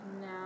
now